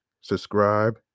subscribe